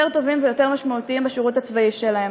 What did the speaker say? טובים ויותר משמעותיים בשירות הצבאי שלהם.